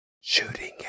shooting